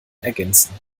ergänzen